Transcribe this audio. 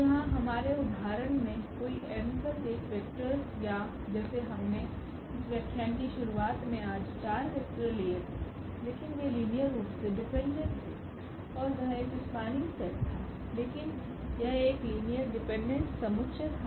तो यहाँ हमारे उदाहरण में कोई n1 वेक्टोर्स या जैसे हमने इस व्याख्यान की शुरुआत में आज 4 वेक्टर लिए थे लेकिन वे लीनियर रूप से डिपेंडेंट थे और वह एक स्पान्निंग सेट था लेकिन यह एक लीनियर डिपेंडेंट समुच्चय था